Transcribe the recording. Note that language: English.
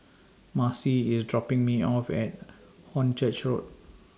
Marci IS dropping Me off At Hornchurch Road